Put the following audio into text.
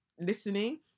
listening